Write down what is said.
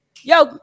Yo